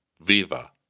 viva